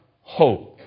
hope